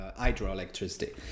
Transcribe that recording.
hydroelectricity